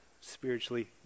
spiritually